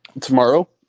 tomorrow